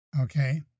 okay